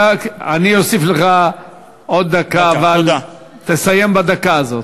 אני אוסיף לך עוד דקה, אבל תסיים בדקה הזאת.